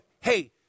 hey